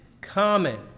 common